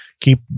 keep